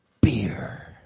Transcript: Beer